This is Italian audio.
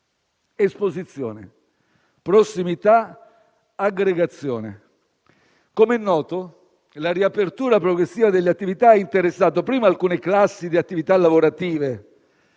esposizione, prossimità e aggregazione. Come è noto, la riapertura progressiva delle attività ha interessato prima alcune classi di attività lavorative,